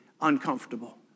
uncomfortable